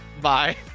bye